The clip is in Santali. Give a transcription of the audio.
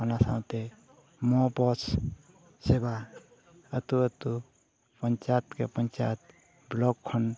ᱚᱱᱟ ᱥᱟᱶᱛᱮ ᱢᱚᱦᱚᱯᱳᱥ ᱥᱮᱵᱟ ᱟᱹᱛᱩ ᱟᱹᱛᱩ ᱯᱚᱧᱪᱟᱭᱮᱛ ᱠᱤ ᱯᱚᱧᱪᱟᱭᱮᱛ ᱵᱞᱚᱠ ᱠᱷᱚᱱ